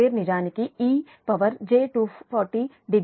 β2 నిజానికి ej240 degree